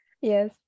Yes